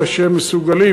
אלא שהם מסוגלים,